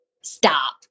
stop